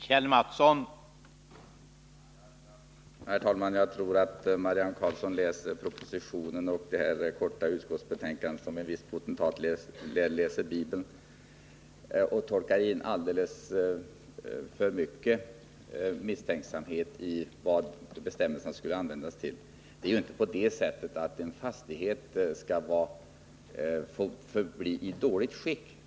Herr talman! Jag tror att Marianne Karlsson läser propositionen och det här korta utskottsbetänkandet som en viss potentat läser Bibeln. Hon är alldeles för misstänksam i sin tolkning av hur bestämmelserna skall användas. En fastighet skall ju inte få förbli i dåligt skick.